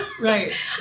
Right